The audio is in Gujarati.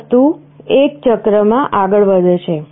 આ વસ્તુ એક ચક્રમાં આગળ વધે છે